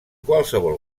qualsevol